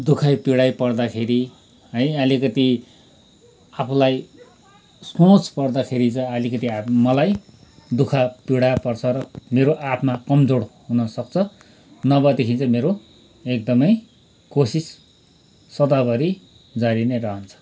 दुखाइ पिराइ पर्दाखेरि है आलिकति आफैँलाई सोच पर्दाखेरि चाहिँ अलिकति मलाई दुखः पिडा पर्छ र मेरो आत्मा कमजोर हुन सक्छ नभएदेखि चाहिँ मेरो एकदमै कोसिस सदाभरी जारी नै रहन्छ